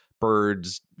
birds